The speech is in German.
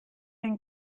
ein